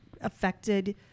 affected